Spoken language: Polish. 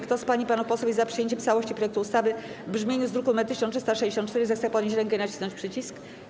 Kto z pań i panów posłów jest za przyjęciem w całości projektu ustawy w brzmieniu z druku nr 1364, zechce podnieść rękę i nacisnąć przycisk.